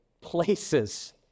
places